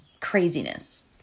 craziness